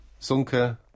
Sunke